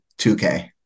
2K